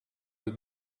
het